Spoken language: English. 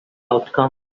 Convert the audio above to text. outcome